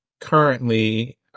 currently